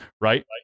right